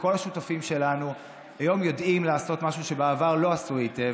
וכל השותפים שלנו יודעים היום לעשות משהו שבעבר לא עשו היטב,